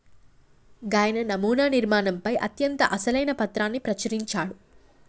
గాయన నమునా నిర్మాణంపై అత్యంత అసలైన పత్రాన్ని ప్రచురించాడు